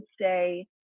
say